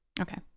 Okay